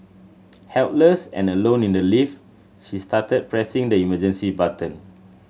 helpless and alone in the lift she started pressing the emergency button